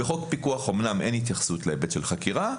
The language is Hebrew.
בחוק פיקוח אמנם אין התייחסות להיבט של חקירה,